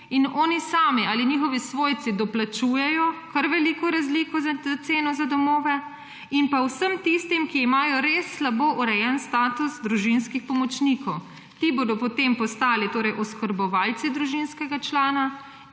in oni sami ali njihovi svojci doplačujejo kar veliko razliko za ceno za domove, in pa vsem tistim, ki imajo res slabo urejen status družinskih pomočnikov. Ti bodo potem postali oskrbovalci družinskega člana,